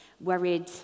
worried